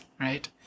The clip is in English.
Right